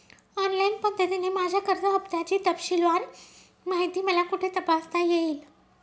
Online पद्धतीने माझ्या कर्ज हफ्त्याची तपशीलवार माहिती मला कुठे तपासता येईल?